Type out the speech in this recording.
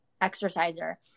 exerciser